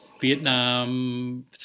Vietnam